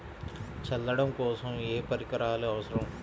చల్లడం కోసం ఏ పరికరాలు అవసరం?